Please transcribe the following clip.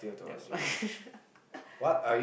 never mind